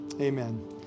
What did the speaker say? Amen